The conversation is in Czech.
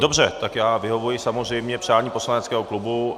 Dobře, tak já vyhovuji samozřejmě přání poslaneckého klubu.